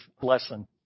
lesson